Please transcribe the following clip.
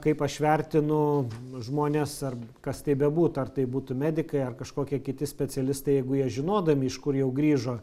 kaip aš vertinu nu žmones ar kas tai bebūtų ar tai būtų medikai ar kažkokie kiti specialistai jeigu jie žinodami iš kur jau grįžo